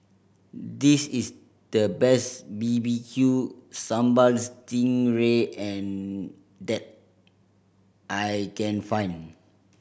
this is the best B B Q Sambal sting ray that I can find